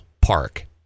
park